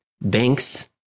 banks